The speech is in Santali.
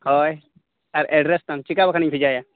ᱦᱳᱭ ᱟᱨ ᱮᱰᱨᱮᱥ ᱛᱟᱢ ᱪᱤᱠᱟᱹ ᱵᱟᱠᱷᱟᱱᱤᱧ ᱵᱷᱮᱡᱟᱭᱟ